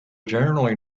generally